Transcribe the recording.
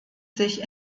sich